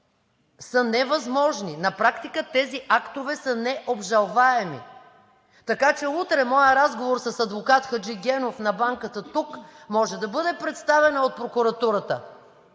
са невъзможни, на практика тези актове са необжалваеми. Така че утре моят разговор с адвокат Хаджигенов на банката тук може да бъде представено от прокуратурата